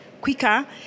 quicker